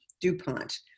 DuPont